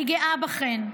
אני גאה בכם,